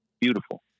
Beautiful